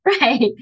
Right